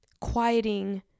quieting